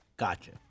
Gotcha